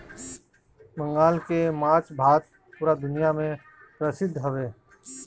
बंगाल के माछ भात पूरा दुनिया में परसिद्ध हवे